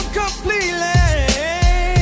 completely